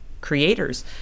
creators